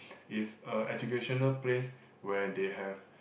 is a educational place where they have